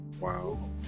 Wow